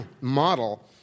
model